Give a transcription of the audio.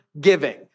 giving